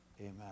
Amen